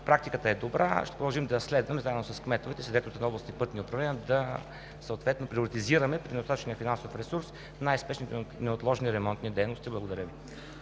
практиката е добра – ще продължим да я следваме заедно с кметовете и съответните областни пътни управления и да приоритизираме при недостатъчния финансов ресурс най-спешните и неотложни ремонтни дейности. Благодаря Ви.